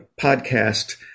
podcast